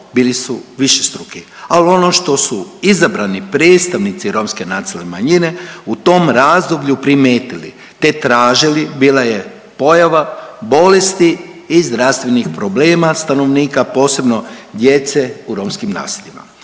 bili su višestruki, ali ono što su izabrani predstavnici romske nacionalne manjine u tom razdoblju primijetili te tražili, bila je pojava bolesti i zdravstvenih problema stanovnika, posebno djece u romskim naseljima.